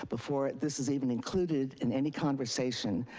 before this is even included in any conversation,